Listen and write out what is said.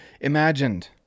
imagined